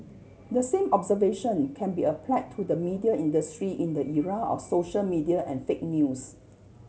the same observation can be applied to the media industry in the era of social media and fake news